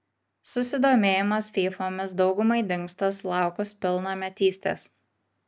susidomėjimas fyfomis daugumai dingsta sulaukus pilnametystės